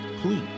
please